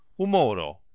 humoro